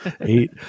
Eight